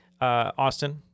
Austin